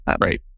Right